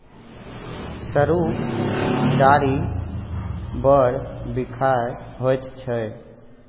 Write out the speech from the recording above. सरुक डारि बड़ बिखाह होइत छै